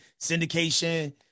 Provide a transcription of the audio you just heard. syndication